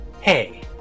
Hey